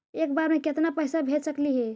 एक बार मे केतना पैसा भेज सकली हे?